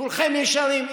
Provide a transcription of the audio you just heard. כולכם ישרים.